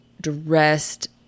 dressed